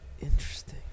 interesting